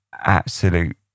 absolute